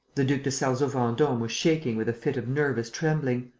the duc de sarzeau-vendome was shaken with a fit of nervous trembling.